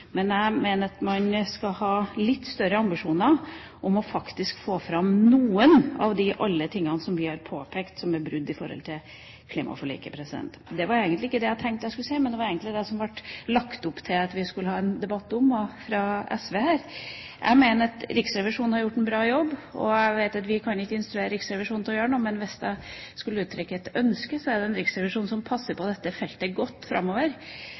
Jeg mener at man faktisk skal ha litt større ambisjoner om å få fram noen av alle de tingene vi har påpekt, som bryter med klimaforliket. Det var ikke det jeg hadde tenkt jeg skulle si, men SV la egentlig opp til en slik debatt. Jeg mener Riksrevisjonen har gjort en bra jobb. Jeg vet at vi ikke kan instruere Riksrevisjonen til å gjøre noe. Men hvis jeg skulle uttrykke et ønske om noe, er det en riksrevisjon som passer godt på dette feltet framover.